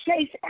chase